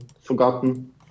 forgotten